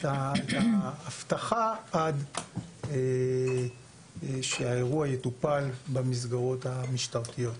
האבטחה עד שהאירוע יטופל במסגרות המשטרתיות.